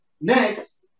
next